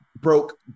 broke